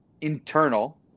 internal